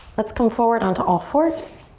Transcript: let's come forward on to all fours.